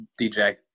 DJ